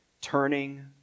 Turning